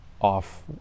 off